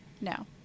No